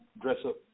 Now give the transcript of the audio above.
dress-up